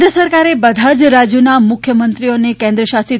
કેન્દ્ર સરકારે બધા જ રાજ્યોના મુખ્યમંત્રીઓ અને કેન્દ્ર શાસિત